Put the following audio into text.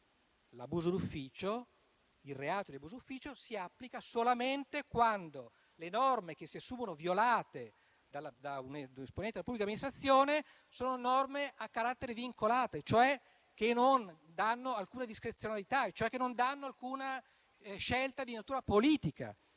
parte: oggi il reato di abuso d'ufficio si applica solamente quando le norme che si assumono violate da un esponente della pubblica amministrazione sono a carattere vincolato, cioè che non danno alcuna discrezionalità e alcuna scelta di natura politica